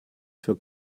für